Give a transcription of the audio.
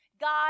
God